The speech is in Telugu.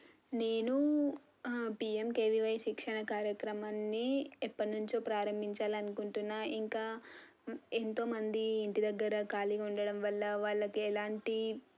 నేను పీఎంకేవీవై శిక్షణ కార్యక్రమాన్ని ఎప్పటి నుంచో ప్రారంభించాలి అనుకుంటున్నాను ఇంకా ఎంతో మంది ఇంటి దగ్గర ఖాళీగా ఉండడం వల్ల వాళ్ళకు ఎలాంటి